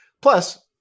Plus